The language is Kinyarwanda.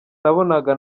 nabonaga